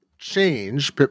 change